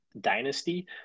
Dynasty